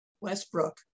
Westbrook